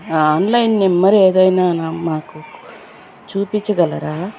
online number ఏదైనా మాకు చూపించగలారా